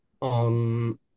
on